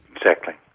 exactly.